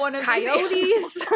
coyotes